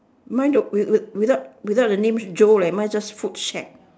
mine don't with with without without the name joe leh mine's just food shack